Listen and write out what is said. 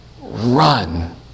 run